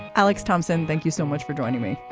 alex thompson thank you so much for joining me.